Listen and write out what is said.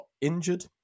injured